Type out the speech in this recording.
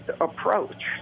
approach